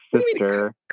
sister